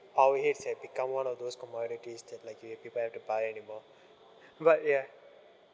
power heads have become one of those commodities that like you people have to buy anymore but ya